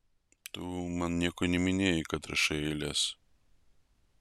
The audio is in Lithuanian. tu man nieko neminėjai kad rašai eiles